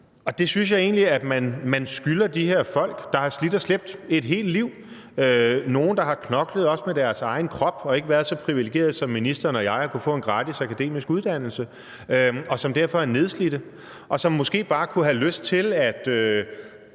Jeg synes egentlig, at man skylder de her folk det. De har slidt og slæbt et helt liv. Nogle har knoklet også med deres egen krop og har ikke været så privilegerede som ministeren og jeg i forhold til at kunne få en gratis akademisk uddannelse, og derfor er de nedslidte. De kunne måske bare have lyst til at